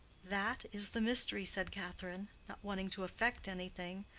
that is the mystery, said catherine, not wanting to affect anything,